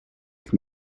can